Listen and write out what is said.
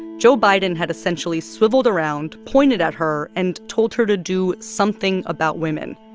joe biden had essentially swiveled around, pointed at her and told her to do something about women.